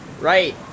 Right